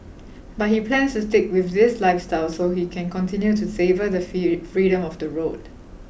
but he plans to stick with this lifestyle so he can continue to savour the free freedom of the road